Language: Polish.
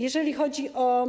Jeżeli chodzi o